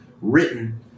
written